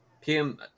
PM